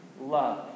love